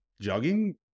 jogging